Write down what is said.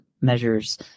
measures